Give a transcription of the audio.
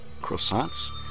croissants